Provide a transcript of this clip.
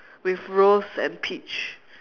with rose and peach